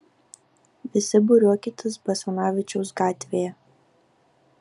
visi būriuokitės basanavičiaus gatvėje